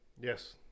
yes